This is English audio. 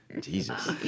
Jesus